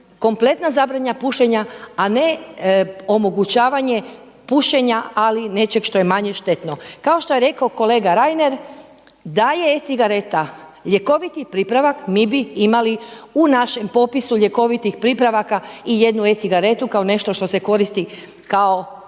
kompletna zabrana pušenja, a ne omogućavanje pušenja, ali nečeg što je manje štetno. Kao što je rekao kolega Reiner, da je e-cigareta ljekoviti pripravak mi bi imali u našem popisu ljekovitih pripravaka i jednu e-cigaretu kao nešto što se koristi kao sredstvo